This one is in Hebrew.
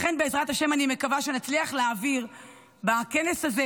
לכן, בעזרת השם, אני מקווה שנצליח להעביר בכנס הזה